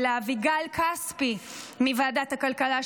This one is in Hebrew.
ולאביגל כספי מוועדת הכלכלה,